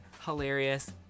hilarious